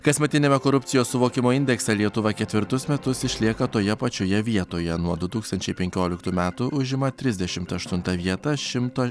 kasmetiniame korupcijos suvokimo indekse lietuva ketvirtus metus išlieka toje pačioje vietoje nuo du tūkstančiai penkioliktų metų užima trisdešimt aštuntą vietą šimto